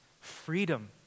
freedom